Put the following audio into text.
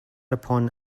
upon